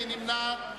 מי נמנע?